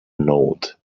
nod